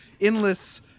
endless